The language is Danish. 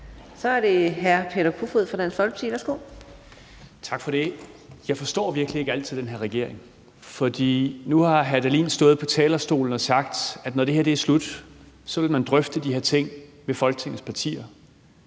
Kl. 18:54 Peter Kofod (DF): Tak for det. Jeg forstår virkelig ikke altid den her regering. For nu har hr. Morten Dahlin stået på talerstolen og sagt, at når det her er slut, vil man drøfte de her ting med Folketingets partier.